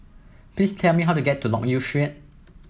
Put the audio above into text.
please tell me how to get to Loke Yew Street